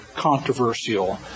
Controversial